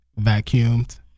Vacuumed